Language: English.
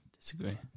Disagree